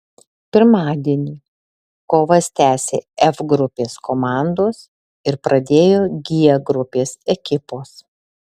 pirmadienį kovas tęsė f grupės komandos ir pradėjo g grupės ekipos